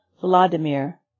Vladimir